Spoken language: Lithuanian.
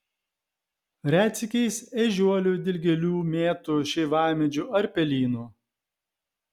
retsykiais ežiuolių dilgėlių mėtų šeivamedžių ar pelynų